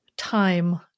Time